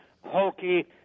hokey